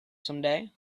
someday